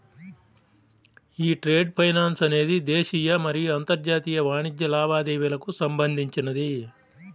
యీ trade finance అనేది దేశీయ మరియు అంతర్జాతీయ వాణిజ్య లావాదేవీలకు సంబంధించినది